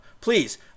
please